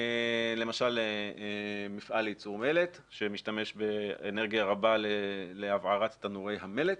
למשל מפעל לייצור מלט שמשתמש באנרגיה רבה להבערת תנורי המלט